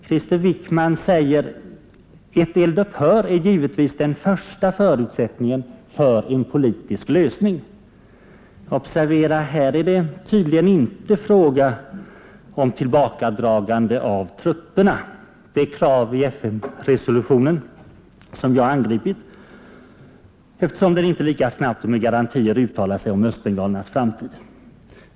Krister Wickman säger: ”Ett eld-upphör är givetvis den första förutsättningen för en politisk lösning.” Observera, här är det tydligen inte fråga om tillbakadragande av trupperna — det krav i FN-resolutionen som jag angripit eftersom den inte lika snabbt och med garantier uttalar sig om östbengalernas framtid.